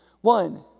One